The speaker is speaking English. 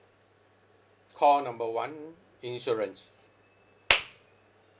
call number one insurance